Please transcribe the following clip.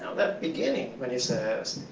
that beginning when he says,